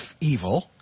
evil